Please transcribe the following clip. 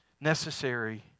Necessary